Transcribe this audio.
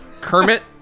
Kermit